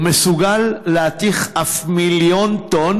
הוא מסוגל להתיך אף מיליון טון,